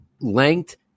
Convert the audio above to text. length